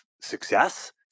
success